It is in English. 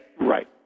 Right